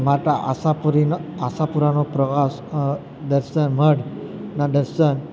માતા આશાપુરીનો આશાપુરાનો પ્રવાસ દર્શન મઢનાં દર્શન